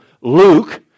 Luke